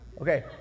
Okay